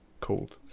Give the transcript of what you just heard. called